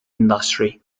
industry